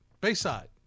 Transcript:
Bayside